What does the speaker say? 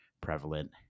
prevalent